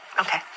Okay